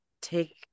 take